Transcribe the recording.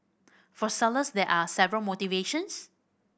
for sellers there are several motivations